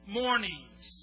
mornings